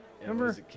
Remember